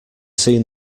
seen